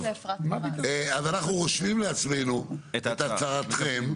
טוב, אז אנחנו רושמים לפנינו את הצהרתכם,